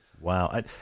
Wow